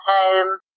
home